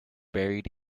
buried